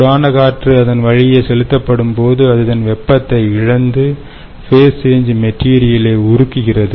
சூடான காற்று அதன்வழியே செலுத்தப்படும் போது அது தன் வெப்பத்தை இழந்து ஃபேஸ் சேஞ் மெட்டீரியலை உருக்குகிறது